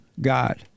God